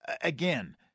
again